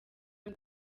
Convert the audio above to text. ngo